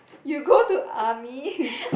you go to army